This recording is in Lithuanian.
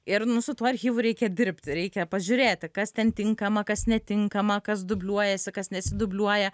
ir su tuo archyvu reikia dirbti reikia pažiūrėti kas ten tinkama kas netinkama kas dubliuojasi kas nesidubliuoja